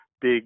big